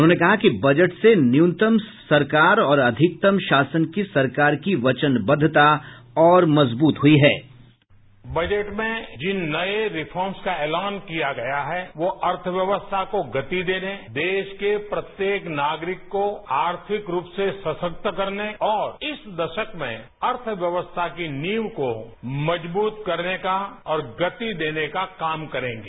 उन्होंने कहा कि बजट से न्यूनतम सरकार और अधिकतम शासन की सरकार की वचनबद्धता और मजबूत हुई है प्रधानमंत्री बाईट बजट में जिन नए रिफॉर्मस का ऐलान किया गया है वो अर्थव्यवस्था को गति देने देश के प्रत्येक नागरिक को अर्थिक रूप से सशक्त करने और इस दशक में अर्थव्यवस्था की नींव को मजबूत करने का और गति देने का काम करेंगे